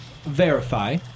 Verify